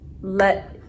let